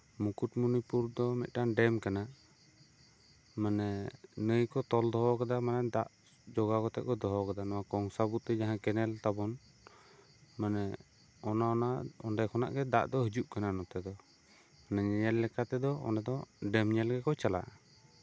ᱢᱩᱠᱩᱴᱢᱚᱱᱤᱯᱩᱨ ᱫᱚ ᱢᱤᱫᱴᱟᱝ ᱰᱮᱢ ᱠᱟᱱᱟ ᱢᱟᱱᱮ ᱱᱟᱭ ᱠᱚ ᱛᱚᱞ ᱫᱚᱦᱚ ᱠᱟᱫᱟ ᱫᱟᱜ ᱡᱳᱜᱟᱣ ᱠᱟᱛᱮᱜ ᱠᱚ ᱫᱚᱦᱚ ᱠᱟᱫᱟ ᱠᱚᱝᱥᱟᱵᱚᱛᱤ ᱡᱟᱦᱟᱸ ᱠᱮᱱᱮᱞ ᱛᱟᱵᱚᱱ ᱢᱟᱱᱮ ᱚᱱ ᱚᱱᱟ ᱚᱸᱰᱮ ᱠᱷᱚᱱᱟᱜ ᱜᱮ ᱫᱟᱜ ᱫᱚ ᱦᱤᱡᱩᱜ ᱠᱟᱱᱟ ᱱᱚᱛᱮ ᱫᱚ ᱢᱟᱱᱮ ᱧᱮᱧᱮᱞ ᱞᱮᱠᱟ ᱛᱮᱫᱚ ᱚᱸᱰᱮ ᱫᱚ ᱰᱮᱢ ᱧᱮᱞ ᱜᱮᱠᱚ ᱪᱟᱞᱟᱜᱼᱟ